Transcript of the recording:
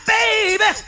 baby